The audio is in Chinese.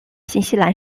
新西兰